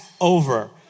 over